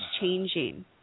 changing